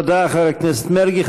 תודה, חבר הכנסת מרגי.